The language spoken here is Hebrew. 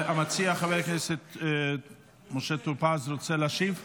המציע, חבר הכנסת משה טור פז, רוצה להשיב?